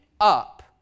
up